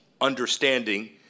understanding